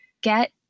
get